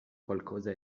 qualcosa